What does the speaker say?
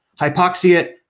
Hypoxia